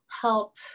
help